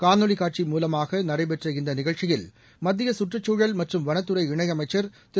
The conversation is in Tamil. காணொலிகாட்சி மூலமாக நடைபெற்ற இந்த நிகழ்ச்சியில் மத்திய சுற்றுச்சூழல் மற்றும் வனத்துறை இணையமைச்சர் திரு